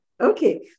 Okay